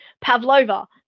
Pavlova